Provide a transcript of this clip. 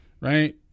Right